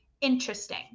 interesting